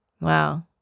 Wow